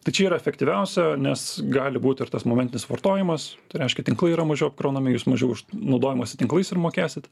tai čia yra efektyviausia nes gali būt ir tas momentinis vartojimas tai reiškia tinklai yra mažiau apkraunami jūs mažiau už naudojimosi tinklais ir mokėsit